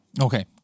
Okay